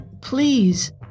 Please